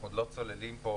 אנחנו עוד לא צוללים פה.